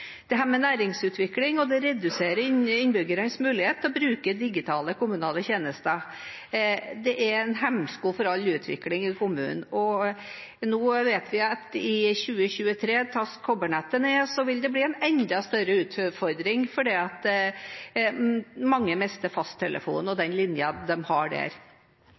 har dekning med akseptabel kapasitet. Det hemmer næringsutvikling, og det reduserer innbyggernes mulighet til å bruke digitale kommunale tjenester. Det er en hemsko for all utvikling i kommunen. Nå vet vi at i 2023 tas kobbernettet ned, og da vil det bli en enda større utfordring fordi mange mister fasttelefonen og den linjen de har der.